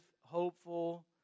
hopeful